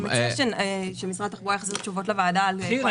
אני מציעה שמשרד התחבורה יחזיר תשובות לוועדה על כל הכבישים שנשאלו.